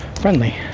Friendly